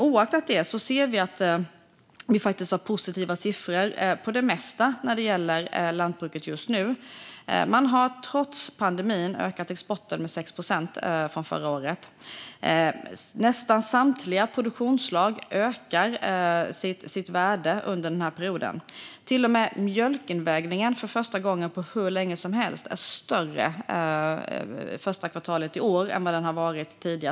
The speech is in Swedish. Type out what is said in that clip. Oaktat detta ser vi att vi faktiskt har positiva siffror på det mesta när det gäller lantbruket just nu. Man har trots pandemin ökat exporten med 6 procent från förra året. Nästan samtliga produktionsslag har ökat sitt värde under denna period. Till och med mjölkinvägningen var, för första gången på hur länge som helst, större under det första kvartalet i år än vad den har varit tidigare.